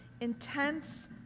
intense